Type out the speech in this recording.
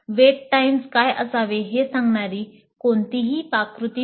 weight times काय असावे हे सांगणारी कोणतीही पाककृती नाही